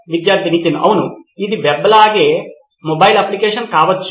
విద్యార్థి నితిన్ అవును ఇది వెబ్ అలాగే మొబైల్ అప్లికేషన్ కావచ్చు